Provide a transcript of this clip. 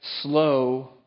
slow